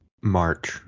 March